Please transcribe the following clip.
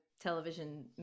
television